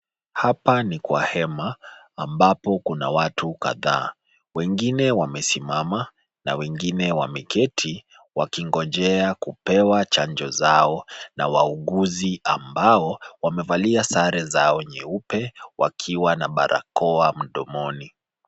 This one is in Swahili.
Hapa ni kwa hema ambapo kuna watu kadhaa, wengine wamesimama na wengine wameketi wakingojea kupewa chanjo zao na wahuguzi ambao wamevalia sare zao nyeupe wakiwa na barakoa mdomoni.